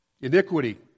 Iniquity